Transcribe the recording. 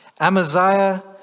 Amaziah